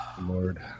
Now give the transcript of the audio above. lord